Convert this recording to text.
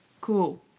Cool